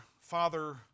father